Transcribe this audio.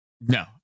No